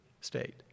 state